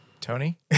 Tony